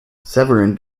severin